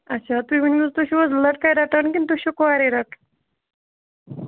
اَچھا تُہۍ ؤنِو حظ تُہۍ چھِوٕ حظ لٔڑکے رَٹان کِنہٕ تُہۍ چھِو کوریٚے رٹ